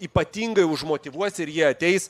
ypatingai užmotyvuos ir jie ateis